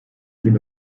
bin